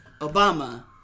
Obama